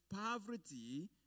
poverty